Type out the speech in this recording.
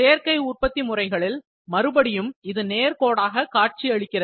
சேர்க்கை உற்பத்தி முறைகளில் மறுபடியும் இது நேர்கோடாக காட்சியளிக்கிறது